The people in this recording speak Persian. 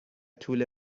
طول